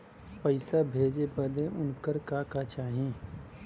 पैसा भेजे बदे उनकर का का चाही?